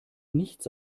nichts